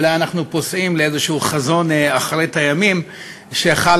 אולי אנחנו פוסעים לאיזה חזון אחרית הימים וחלה